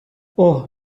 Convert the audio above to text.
اوه